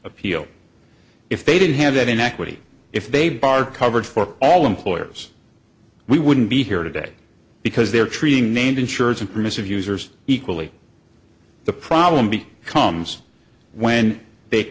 appeal if they didn't have that inequity if they barred coverage for all employers we wouldn't be here today because they're treating named insurance and permissive users equally the problem be comes when they